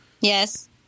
Yes